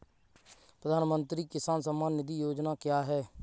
प्रधानमंत्री किसान सम्मान निधि योजना क्या है?